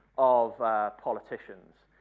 of politicians.